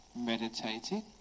Meditating